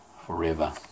forever